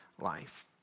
life